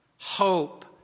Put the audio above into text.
hope